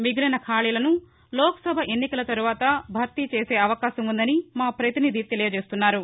మిగిలిన ఖాళీలను లోక్సభ ఎన్నికల తరువాత భర్తీ చేసే అవకాశం ఉందని మా ప్రపతినిధి తెలియజేస్తున్నారు